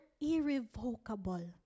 irrevocable